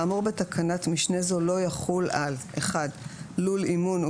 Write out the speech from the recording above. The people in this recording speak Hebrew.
האמור בתקנת משנה זו לא יחול על - לול אימון,